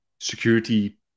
security